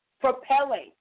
propelling